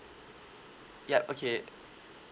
yup okay